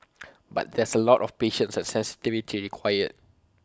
but there's A lot of patience and sensitivity required